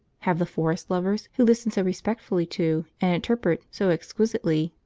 have the forest-lovers who listen so respectfully to, and interpret so exquisitely,